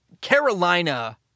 Carolina